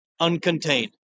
uncontained